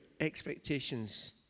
expectations